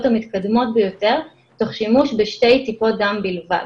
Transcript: המתקדמות ביותר תוך שימוש בשתי טיפות דם בלבד.